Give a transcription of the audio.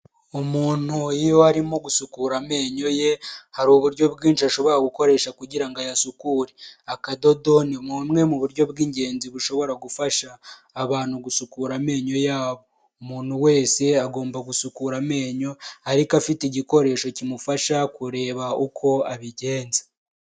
Umuntu iyo arimo gusukura amenyo ye, hari uburyo bwinshi ashobora gukoresha kugira ngo ayasukure. Akadodo ni bumwe mu buryo bw'ingenzi bushobora gufasha abantu gusukura amenyo yabo. Umuntu wese agomba gusukura amenyo, ariko afite igikoresho kimufasha kureba uko abigenza.